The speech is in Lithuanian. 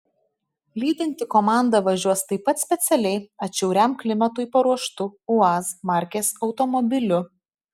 lydinti komanda važiuos taip pat specialiai atšiauriam klimatui paruoštu uaz markės automobiliu